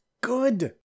good